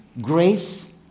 grace